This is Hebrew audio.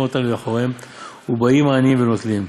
אותם לאחוריהם ובאים העניים ונוטלים,